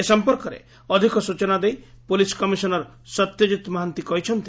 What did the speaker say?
ଏ ସମ୍ପର୍କରେ ଅଧିକ ସ୍ଟଚନା ଦେଇ ପୁଲିସ କମିଶନର ସତ୍ୟଜିତ୍ ମହାନ୍ତି କହିଛନ୍ତି